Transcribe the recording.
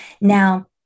now